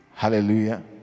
Hallelujah